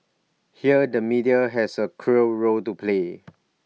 here the media has A crucial role to play